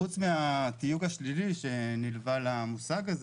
חוץ מהתיוג השלילי שמלווה למושג,